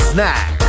Snack